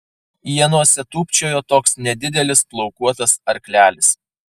ienose tūpčiojo toks nedidelis plaukuotas arklelis